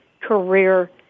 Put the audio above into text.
career